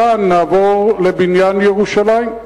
מכאן נעבור לבניין ירושלים,